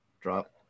Drop